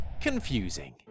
Confusing